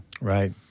right